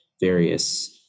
various